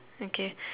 okay